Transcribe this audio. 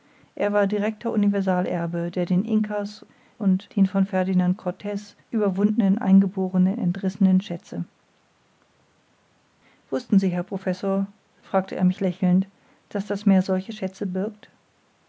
er war directer universalerbe der den incas und den von ferdinand cortez überwundenen eingeborenen entrissenen schätze wußten sie herr professor fragte er mich lächelnd daß das meer solche schätze birgt